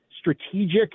strategic